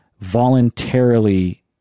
voluntarily